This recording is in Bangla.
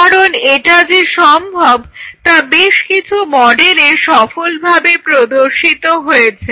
কারণ এটা যে সম্ভব তা বেশকিছু মডেলে সফলভাবে প্রদর্শিত হয়েছে